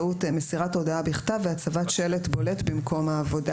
מסירת הודעה בכתב והצבת שלט בולט במקום העבודה."